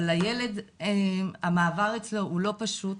אבל לילד המעבר אצלו הוא לא פשוט,